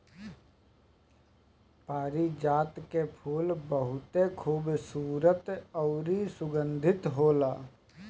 पारिजात के फूल बहुते खुबसूरत अउरी सुगंधित होला